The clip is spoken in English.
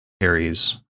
Aries